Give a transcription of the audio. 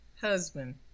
husband